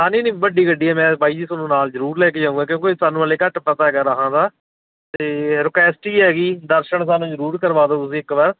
ਹਾਂਜੀ ਨਹੀਂ ਵੱਡੀ ਗੱਡੀ ਹੈ ਮੈਂ ਬਾਈ ਜੀ ਤੁਹਾਨੂੰ ਨਾਲ ਜ਼ਰੂਰ ਲੈ ਕੇ ਜਾਊਂਗਾ ਕਿਉਂਕਿ ਸਾਨੂੰ ਹਾਲੇ ਘੱਟ ਪਤਾ ਹੈਗਾ ਰਾਹਾਂ ਦਾ ਅਤੇ ਰਿਕਐਸਟ ਹੀ ਹੈਗੀ ਦਰਸ਼ਨ ਸਾਨੂੰ ਜ਼ਰੂਰ ਕਰਵਾ ਦਿਉ ਤੁਸੀਂ ਇੱਕ ਵਾਰ